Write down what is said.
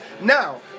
Now